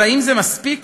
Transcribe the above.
אבל האם זה מספיק?